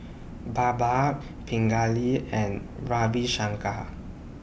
Baba Pingali and Ravi Shankar